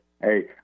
Hey